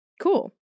Cool